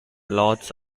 lots